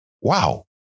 Wow